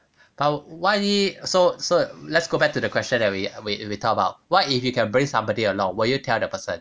but why so so let's go back to the question that we we talk about what if you can bring somebody along will you tell the person